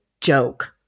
joke